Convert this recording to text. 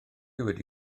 wedi